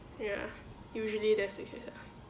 ya usually that's the case ah